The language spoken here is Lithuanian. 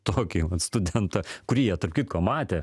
tokį vat studentą kurį jie tarp kitko matė